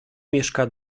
mieszka